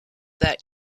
that